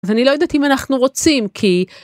אז אני לא יודעת אם אנחנו רוצים כי.